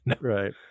Right